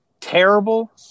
terrible